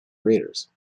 raiders